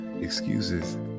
excuses